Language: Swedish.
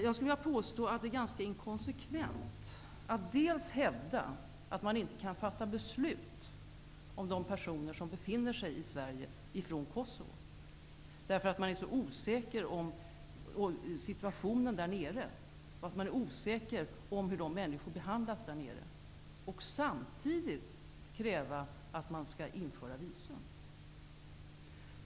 Jag skulle vilja påstå att det är ganska inkonsekvent att hävda att man inte kan fatta beslut om de personer från Kosovo som befinner sig i Sverige, därför att man är så osäker om situationen i Kosovo och därför att man är osäker om hur människorna behandlas där, samtidigt som man kräver att visumtvång skall införas.